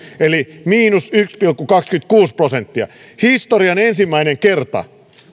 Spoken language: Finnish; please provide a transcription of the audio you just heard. eli miinus yksi pilkku kaksikymmentäkuusi prosenttia historian ensimmäinen kerta